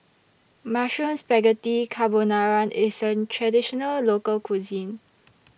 Mushroom Spaghetti Carbonara IS An Traditional Local Cuisine